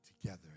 together